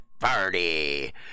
party